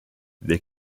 they